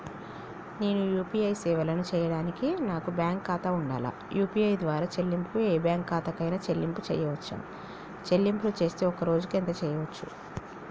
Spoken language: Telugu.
నేను యూ.పీ.ఐ సేవలను చేయడానికి నాకు బ్యాంక్ ఖాతా ఉండాలా? యూ.పీ.ఐ ద్వారా చెల్లింపులు ఏ బ్యాంక్ ఖాతా కైనా చెల్లింపులు చేయవచ్చా? చెల్లింపులు చేస్తే ఒక్క రోజుకు ఎంత చేయవచ్చు?